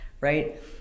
right